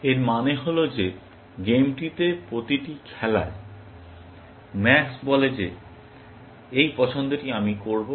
এর মানে হল যে গেমটিতে প্রতিটি খেলায় ম্যাক্স বলে যে এই পছন্দটি আমি করব